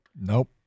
Nope